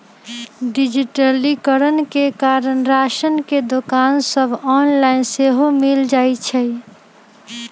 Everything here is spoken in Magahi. डिजिटलीकरण के कारण राशन के दोकान सभ ऑनलाइन सेहो मिल जाइ छइ